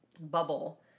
bubble